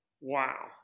Wow